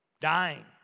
dying